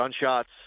gunshots